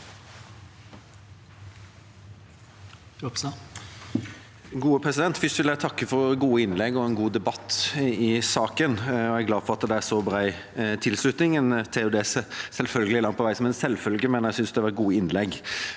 Først vil jeg takke for gode innlegg og en god debatt i saken. Jeg er glad for at det er så bred tilslutning. Det tar en selvfølgelig langt på vei som en selvfølge, men jeg synes det har vært gode innlegg.